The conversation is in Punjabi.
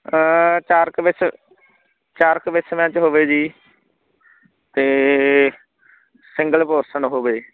ਚਾਰ ਕੁ ਵਿਸ ਚਾਰ ਕੁ ਵਿਸਵੇ 'ਚ ਹੋਵੇ ਜੀ ਅਤੇ ਸਿੰਗਲ ਪੋਰਸ਼ਨ ਹੋਵੇ